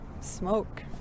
smoke